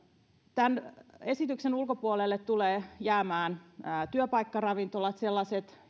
tämän esityksen ulkopuolelle tulee jäämään työpaikkaravintolat sellaiset